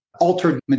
altered